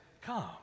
come